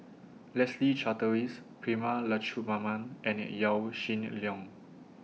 Leslie Charteris Prema Letchumanan and Yaw Shin Leong